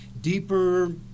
deeper